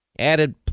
Added